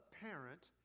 parent